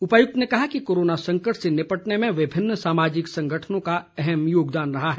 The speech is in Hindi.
उपायुक्त ने कहा कि कोरोना संकट से निपटने में विभिन्न सामाजिक संगठनों का अहम योगदान रहा है